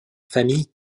famille